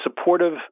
supportive